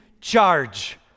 charge